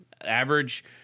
Average